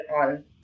on